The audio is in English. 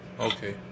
okay